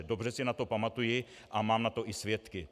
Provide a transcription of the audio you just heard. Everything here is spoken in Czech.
Dobře si na to pamatuji a mám na to i svědky.